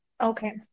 Okay